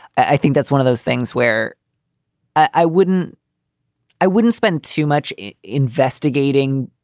i think that's one of those things where i wouldn't i wouldn't spend too much investigating.